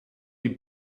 die